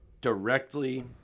directly –